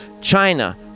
China